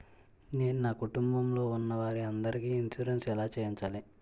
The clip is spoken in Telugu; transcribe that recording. నేను నా కుటుంబం లొ ఉన్న వారి అందరికి ఇన్సురెన్స్ ఎలా చేయించాలి?